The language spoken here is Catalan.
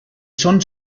són